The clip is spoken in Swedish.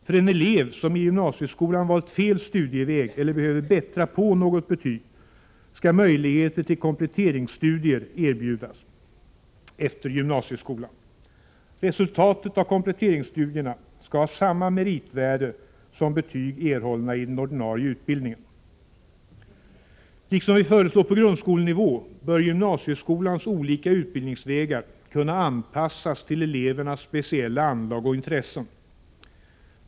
För en elev som i gymnasieskolan har valt fel studieväg eller behöver bättra på något betyg skall möjligheter till kompletteringsstudier erbjudas efter gymnasieskolan. Resultatet av kompletteringsstudierna skall ha samma meritvärde som betyg erhållna i den ordinarie utbildningen. På samma sätt som för grundskolenivån bör gymnasieskolans olika utbildningsvägar kunna anpassas till elevernas speciella anlag och intressen.